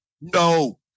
No